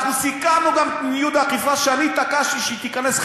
אנחנו סיכמנו גם את מדיניות האכיפה שהתעקשתי שהיא תיכנס,